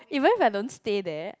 even if I don't stay there